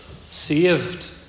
saved